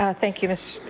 ah thank you, mr.